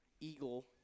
eagle